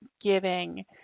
giving